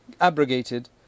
abrogated